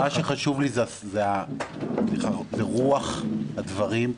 חשובה לי רוח הדברים,